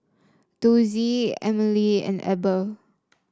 Dossie Emily and Eber